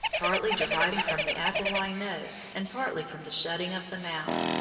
partly derived from the aquiline nose and partly from the shutting of the mouth,